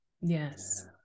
Yes